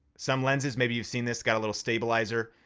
some lenses, maybe you've seen this, got a little stabilizer.